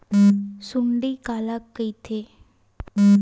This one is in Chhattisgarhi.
सुंडी काला कइथे?